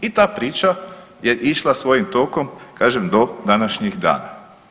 I ta priča je išla svojim tokom kažem do današnjeg dana.